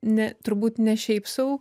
ne turbūt ne šiaip sau